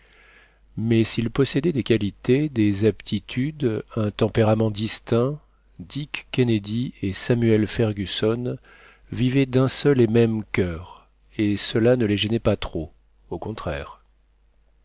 mais s'ils possédaient des qualités des aptitudes un tempérament distincts dick kennedy et samuel fergusson vivaient d'un seul et même cur et cela ne les gênait pas trop au contraire